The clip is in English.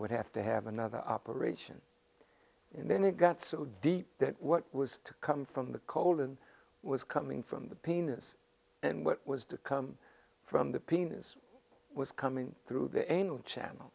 would have to have another operation and then it got so deep that what was to come from the colon was coming from the penis and what was to come from the penis was coming through the anal channel